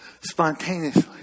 spontaneously